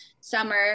summer